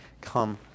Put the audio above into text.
come